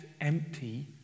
empty